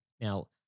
Now